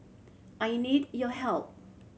I need your help